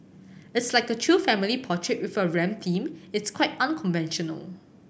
it's like a chill family portrait with a rap theme it's quite unconventional